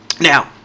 Now